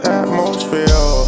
atmosphere